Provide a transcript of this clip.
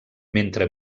mentre